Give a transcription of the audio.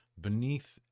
beneath